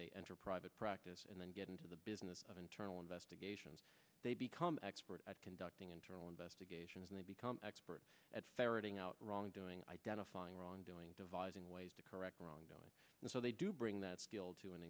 they enter private practice and then get into the business of internal investigations they become expert at conducting internal investigations and they become experts at ferreting out wrongdoing identifying wrongdoing devising ways to correct wrongdoing and so they do bring that skill to an